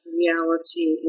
reality